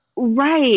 Right